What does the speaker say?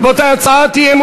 רבותי השרים, כל אחד ישב במקומו.